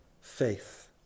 faith